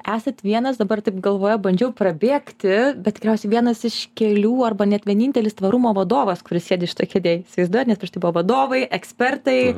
esat vienas dabar taip galvoje bandžiau prabėgti bet tikriausiai vienas iš kelių arba net vienintelis tvarumo vadovas kuris sėdi šitoj kėdėj įsivaizduojat nes prieš tai buvo vadovai ekspertai